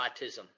autism